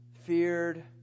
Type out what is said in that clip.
feared